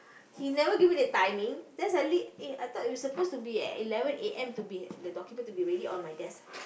he never give me the timing then suddenly eh I thought you supposed to be at eleven A_M to be the document to be ready on my desk